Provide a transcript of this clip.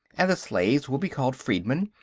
and the slaves will be called freedmen,